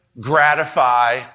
gratify